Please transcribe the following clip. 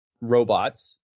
robots –